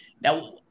now